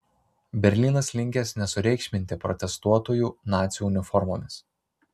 berlynas linkęs nesureikšminti protestuotojų nacių uniformomis